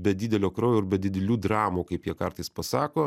be didelio kraujo ir be didelių dramų kaip jie kartais pasako